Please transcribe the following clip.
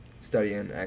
studying